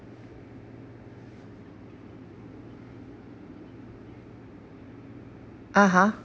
(uh huh)